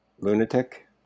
lunatic